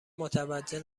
متوجه